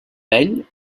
vell